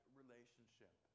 relationship